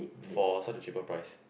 for such a cheaper price